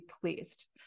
pleased